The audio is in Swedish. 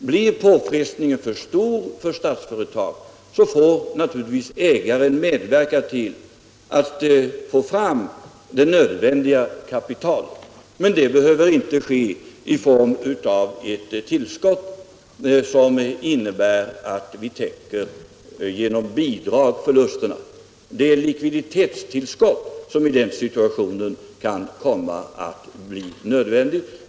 Blir påfrestningen för stor för Statsföretag, får naturligtvis ägaren medverka till att skaffa fram det nödvändiga kapitalet, men det behöver inte ske i form av bidrag som täcker förlusterna. Det är ett likviditetstillskott som i den situationen kan komma att bli nödvändigt.